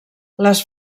les